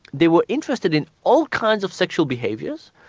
they were interested in all kinds of sexual behaviours.